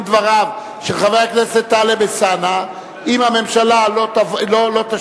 אם השר ישי לא יימצא פה?